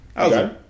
Okay